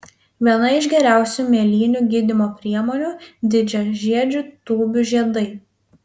viena iš geriausių mėlynių gydymo priemonių didžiažiedžių tūbių žiedai